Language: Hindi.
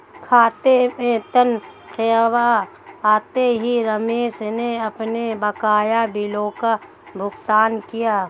खाते में तनख्वाह आते ही रमेश ने अपने बकाया बिलों का भुगतान किया